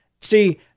See